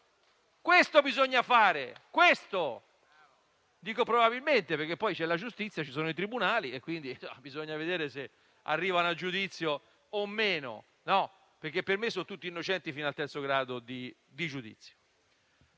Questo bisogna fare. Dico probabilmente perché poi c'è la giustizia, ci sono i tribunali e, quindi, bisogna vedere se arrivano al giudizio o meno, visto che per me sono tutti innocenti fino al terzo grado di giudizio.